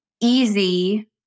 easy